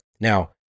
Now